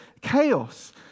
Chaos